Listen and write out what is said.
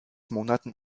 monaten